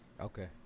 Okay